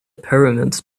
pyramids